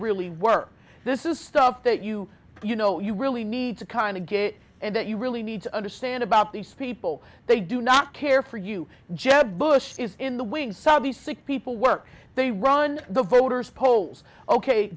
really were this is stuff that you you know you really need to kind of get it that you really need to understand about these people they do not care for you jeb bush is in the wings some of the sick people work they run the voters polls ok